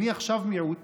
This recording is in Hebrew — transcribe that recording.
אני עכשיו מיעוט